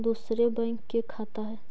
दुसरे बैंक के खाता हैं?